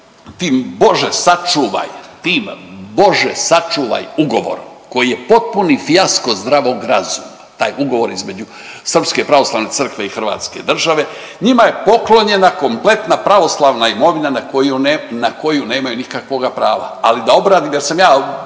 tim Bože sačuvaj ugovorom koji je potpuni fijasko zdravog razuma, taj ugovor između Srpske pravoslavne Crkve i hrvatske države, njima je poklonjena kompletna pravoslavna imovina na koju nemaju nikakvoga prava, ali da obranim jer sam ja g.